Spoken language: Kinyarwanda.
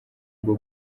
bwo